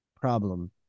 problem